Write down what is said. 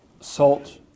salt